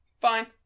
Fine